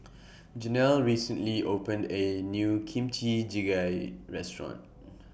Janel recently opened A New Kimchi Jjigae Restaurant